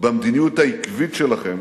במדיניות העקבית שלכם